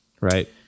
right